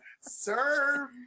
serve